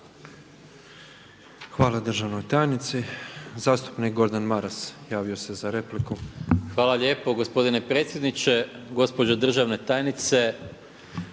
Hvala državnoj tajnici. Zastupnik Gordan Maras javio se za repliku. **Maras, Gordan (SDP)** Hvala lijepo gospodine predsjedniče. Gospođo državna tajnice,